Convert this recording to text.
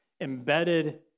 embedded